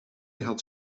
had